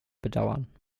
bedauern